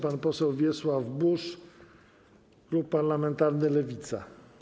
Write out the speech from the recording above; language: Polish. Pan poseł Wiesław Buż, klub parlamentarny Lewica.